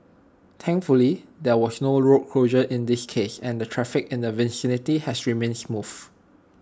thankfully there was no road closure in this case and traffic in the vicinity has remained smooth